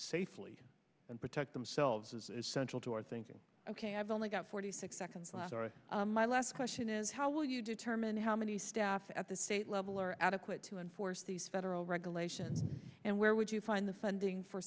safely and protect themselves is essential to our thinking ok i've only got forty six seconds left or my last question is how will you determine how many staff at the state level are adequate to enforce these federal regulations and where would you find the funding for